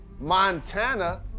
Montana